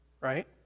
right